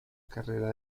carrera